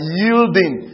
yielding